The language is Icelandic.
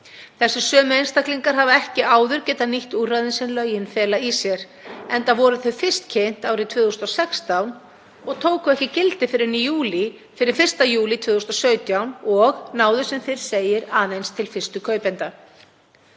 Þessir sömu einstaklingar hafa ekki áður getað nýtt úrræðin sem lögin fela í sér, enda voru þau fyrst kynnt árið 2016 og tóku ekki gildi fyrr en 1. júlí 2017 og náðu, sem fyrr segir, aðeins til fyrstu kaupenda.